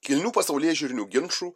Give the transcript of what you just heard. kilnių pasaulėžiūrinių ginčų